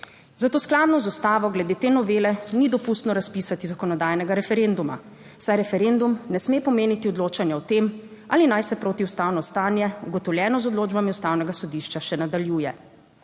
Zato skladno z ustavo glede te novele ni dopustno razpisati zakonodajnega referenduma, saj referendum ne sme pomeniti odločanja o tem, ali naj se protiustavno stanje, ugotovljeno z odločbami Ustavnega sodišča, še nadaljuje.